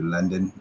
London